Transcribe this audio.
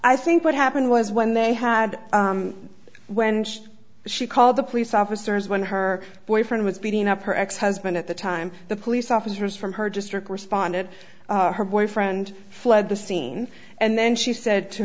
i think what happened was when they had when she called the police officers when her boyfriend was beating up her ex husband at the time the police officers from her district responded her boyfriend fled the scene and then she said to